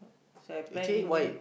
so I plan India